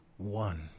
one